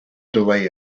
delay